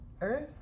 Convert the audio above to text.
earth